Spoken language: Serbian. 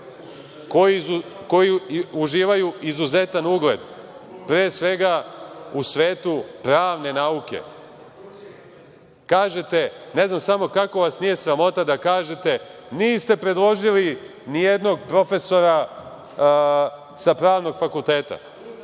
koji uživaju izuzetan ugled, pre svega u svetu pravne nauke. Kažete, ne znam samo kako vas nije sramota da kažete, niste predložili nijednog profesora sa Pravnog fakulteta?(Zoran